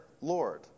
Lord